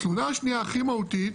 התלונה השנייה הכי מהותית